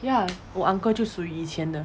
ya 我 uncle 就属于以前的